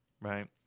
right